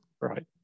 right